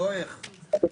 תודה רבה,